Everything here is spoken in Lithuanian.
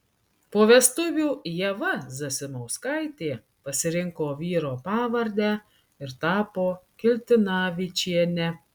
po vestuvių ieva zasimauskaitė pasirinko vyro pavardę ir tapo kiltinavičiene